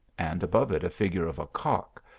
and above it a figure of a cock,